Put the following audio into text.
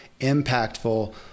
impactful